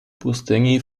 pustyni